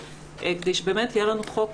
כדי שיהיה לנו חוק